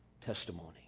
testimony